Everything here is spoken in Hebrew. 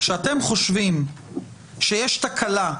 שאתם חושבים שיש תקלה,